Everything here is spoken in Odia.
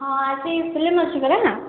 ହଁ ଆଜି ଫିଲ୍ମ୍ ଅଛି ପରା